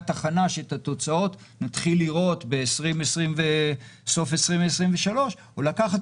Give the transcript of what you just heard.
תחנה שאת התוצאות נתחיל לראות בסוף 2023 או לקחת